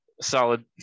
solid